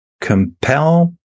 compel